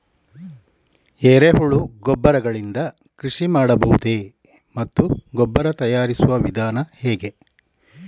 ಎರೆಹುಳು ಗೊಬ್ಬರ ಗಳಿಂದ ಕೃಷಿ ಮಾಡಬಹುದೇ ಮತ್ತು ಗೊಬ್ಬರ ತಯಾರಿಸುವ ವಿಧಾನ ಹೇಗೆ?